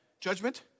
judgment